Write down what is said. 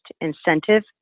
Incentive